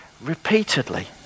repeatedly